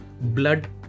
blood